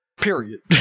period